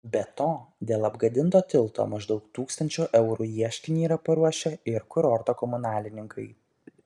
be to dėl apgadinto tilto maždaug tūkstančio eurų ieškinį yra paruošę ir kurorto komunalininkai